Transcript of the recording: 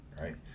right